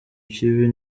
kibi